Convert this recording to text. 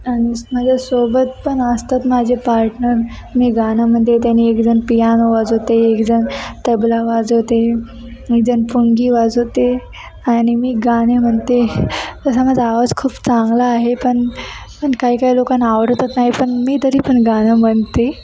आणि माझ्यासोबत पण असतात माझे पार्टनर मी गाणं म्हणते त्यांनी एकजण पियानो वाजवते एकजण तबला वाजवते एकजण पुंगी वाजवते आणि मी गाणे म्हणते असा माझा आवाज खूप चांगला आहे पण पण काही काही लोकांना आवडतंच नाही पण मी तरी पण गाणं म्हणते